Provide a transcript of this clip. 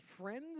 friends